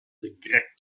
grecques